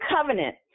covenant